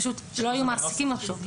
פשוט לא היו מעסיקים אותו.